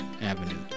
Avenue